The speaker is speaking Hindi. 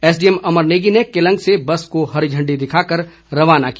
एसडीएम अमर नेगी ने केलंग से बस को हरी झंडी दिखाकर रवाना किया